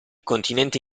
continente